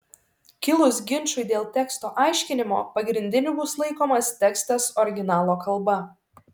kilus ginčui dėl teksto aiškinimo pagrindiniu bus laikomas tekstas originalo kalba